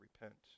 repent